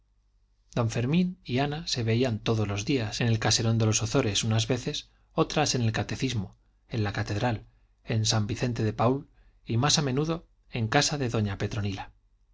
don fermín y ana se veían todos los días en el caserón de los ozores unas veces otras en el catecismo en la catedral en san vicente de paúl y más a menudo en casa de doña petronila